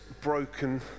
broken